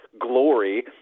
glory